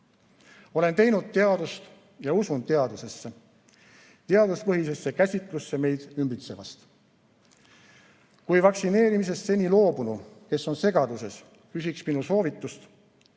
Olen teinud teadust ja usun teadusesse, teaduspõhisesse käsitlusse meid ümbritsevast. Kui vaktsineerimisest seni loobunu, kes on segaduses, küsiks minu soovitust,